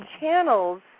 channels